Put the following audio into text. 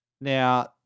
Now